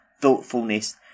thoughtfulness